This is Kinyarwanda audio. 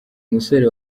musore